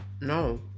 no